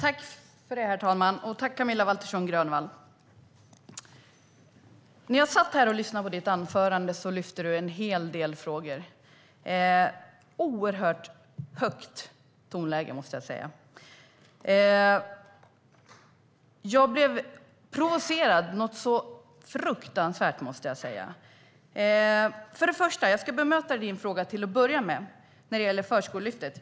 Herr talman! Tack, Camilla Waltersson Grönvall! När jag satt här och lyssnade på ditt anförande lyfte du fram en hel del frågor i ett oerhört högt tonläge, måste jag säga. Jag blev något så fruktansvärt provocerad. Jag ska till att börja med bemöta din fråga när det gäller Förskolelyftet.